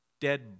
dead